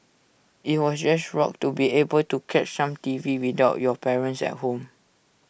IT was just rocked to be able to catch some T V without your parents at home